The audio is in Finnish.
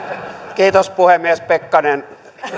kiitos puhemies pekkanen